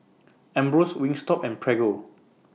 Ambros Wingstop and Prego